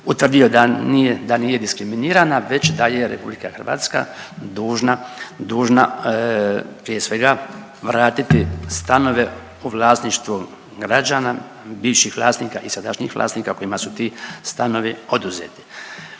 utvrdio da nije diskriminirana već da je Republika Hrvatska dužna prije svega vratiti stanove u vlasništvu građana bivših vlasnika i sadašnjih vlasnika kojima su ti stanovi oduzeti.